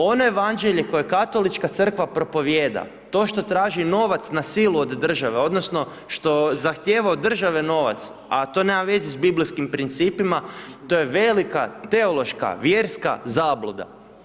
Ono Evanđelje koje Katolička crkva propovijeda, to što traži novac na silu od države, odnosno što zahtijeva od države novac, a to nema veze s biblijskim principima, to je velika teološka, vjerska zabluda.